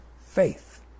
faith